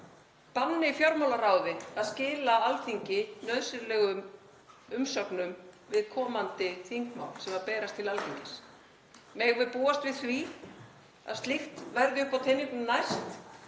banni fjármálaráði að skila Alþingi nauðsynlegum umsögnum við þingmál sem berast til Alþingis? Megum við búast við því að slíkt verði uppi á teningnum næst